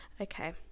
okay